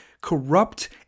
corrupt